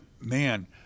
man